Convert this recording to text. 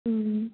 ह्म्